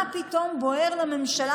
מה פתאום בוער לממשלה,